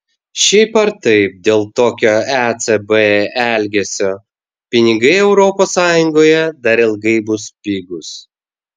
šiaip ar taip dėl tokio ecb elgesio pinigai europos sąjungoje dar ilgai bus pigūs